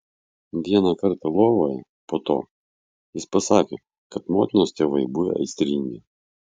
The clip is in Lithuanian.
vieną kartą lovoje po to jis pasakė kad motinos tėvai buvę aistringi